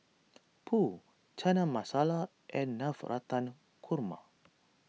Pho Chana Masala and Navratan Korma